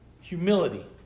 humility